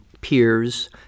peers